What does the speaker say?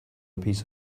piece